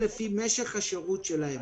ברוכות ילדים.